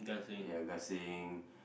ya gasing